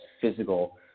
physical